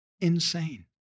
insane